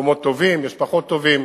מקומות טובים, יש פחות טובים.